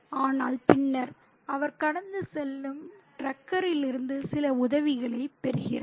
ஆனால் பின்னர் அவர் கடந்து செல்லும் டிரக்கிலிருந்து சில உதவிகளைப் பெறுகிறார்